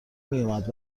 میومد